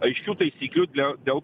aiškių taisyklių dle dėl